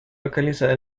localizada